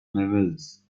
mammals